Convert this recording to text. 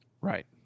Right